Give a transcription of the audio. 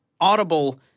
audible